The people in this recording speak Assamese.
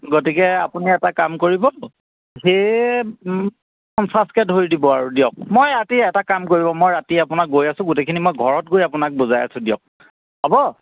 গতিকে আপুনি এটা কাম কৰিব পঞ্চাছকৈ ধৰি দিব আৰু দিয়ক মই ৰাতি এটা কাম কৰিব মই ৰাতি আপোনাৰ গৈ আছোঁ গোটেইখিনি মই ঘৰত গৈ আপোনাক বুজাই আছোঁ দিয়ক হ'ব